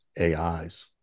ais